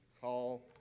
call